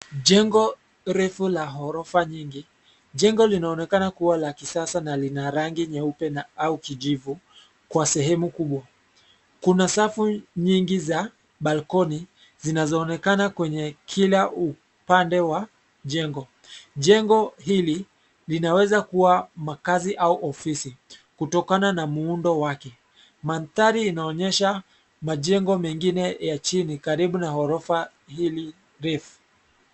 Jengo refu la ghorofa nyingi. Jengo linaonekana kuwa la kisasa na lina rangi nyeupe na au kijivu kwa sehemu kubwa. Kuna safu nyingi za balkoni zinazoonekana kwenye kila upande wa jengo. Jengo hili, linaweza kuwa makazi au ofisi kutokana na muundo wake. Mandhari inaonyesha majengo mengine ya chini karibu na ghorofa hili refu.